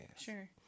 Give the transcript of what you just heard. Sure